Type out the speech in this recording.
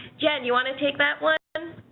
jen, you want to take that one?